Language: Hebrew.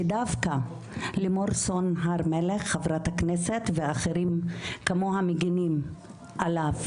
שדווקא לימור סון הר מלך חברת הכנסת ואחרים כמוה מגנים עליו